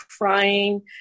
crying